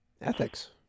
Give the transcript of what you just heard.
Ethics